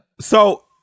So-